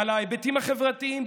על ההיבטים החברתיים?